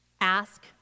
Ask